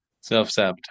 Self-sabotage